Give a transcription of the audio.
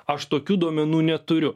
aš tokių duomenų neturiu